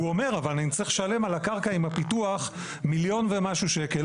הוא אומר אבל אני צריך לשלם על הקרקע עם הפיתוח מיליון ומשהו שקלים.